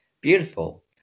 Beautiful